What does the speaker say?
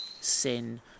sin